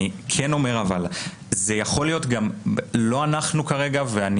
כן אומר שזה יכול להיות גם לא אנחנו כרגע ואני